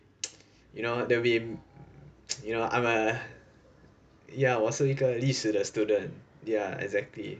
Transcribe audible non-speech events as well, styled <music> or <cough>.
<noise> you know there will be <noise> you know I'm a ya 我是一个历史的 student ya exactly